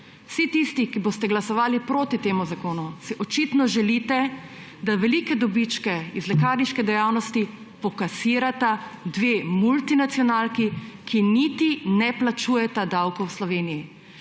Vsi tisti, ki boste glasovali proti temu zakonu, si očitno želite, da velike dobičke iz lekarniške dejavnosti pokasirata dve multinacionalki, ki niti ne plačujeta davkov v Sloveniji.